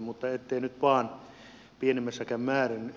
mutta ettei nyt vain pienimmässäkään määrin